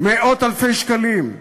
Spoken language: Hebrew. מאות אלפי שקלים?